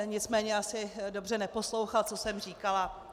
Nicméně asi dobře neposlouchal, co jsem říkala.